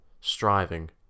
striving